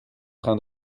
train